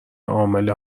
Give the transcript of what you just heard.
عامل